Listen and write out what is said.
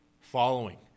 following